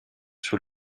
sur